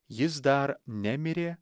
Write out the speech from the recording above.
jis dar nemirė